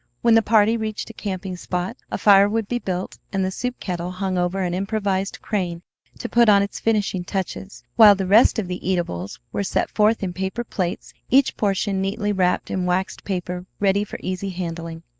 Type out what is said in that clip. when the party reached a camping-spot, a fire would be built and the soup-kettle hung over an improvised crane to put on its finishing touches, while the rest of the eatables were set forth in paper plates, each portion neatly wrapped in waxed paper ready for easy handling.